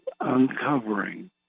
uncovering